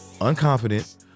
unconfident